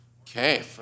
Okay